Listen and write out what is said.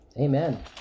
Amen